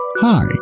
Hi